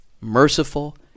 merciful